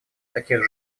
таких